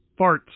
farts